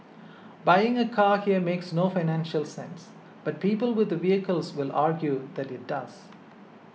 buying a car here makes no financial sense but people with vehicles will argue that it does